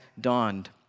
dawned